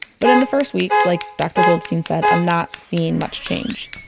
but in the first weeks, like dr. goldstein said, i'm not seeing much change.